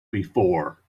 before